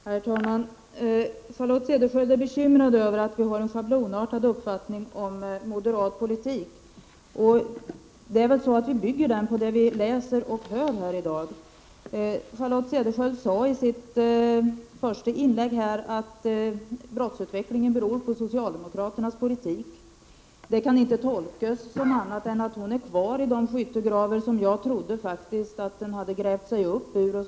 Herr talman! Charlotte Cederschiöld är bekymrad över att vi har en schablonartad uppfattning om moderat politik. Vi bygger vår uppfattning på det vi läser och det vi hör här i dag. I sitt första inlägg sade Charlotte Cederschiöld att brottsutvecklingen beror på socialdemokraternas politik. Det uttalandet kan inte tolkas på annat sätt än att hon är kvar i de skyttegravar som jag faktiskt trodde att hon hade grävt sig upp ur.